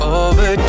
over